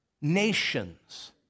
nations